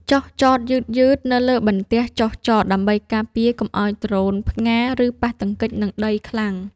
ចុះចតយឺតៗនៅលើបន្ទះចុះចត ដើម្បីការពារកុំឱ្យដ្រូនផ្ងារ ឬប៉ះទង្គិចនឹងដីខ្លាំង។